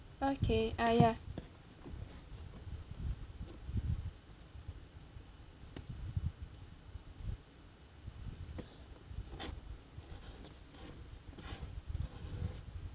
okay uh ya